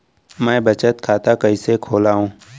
मै बचत खाता कईसे खोलव?